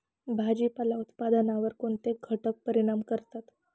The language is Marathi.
भाजीपाला उत्पादनावर कोणते घटक परिणाम करतात?